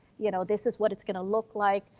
you know, this is what it's gonna look like,